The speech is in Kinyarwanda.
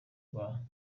rwa